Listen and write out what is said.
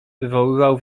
wywoływał